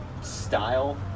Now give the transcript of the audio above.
style